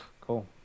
cool